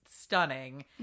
stunning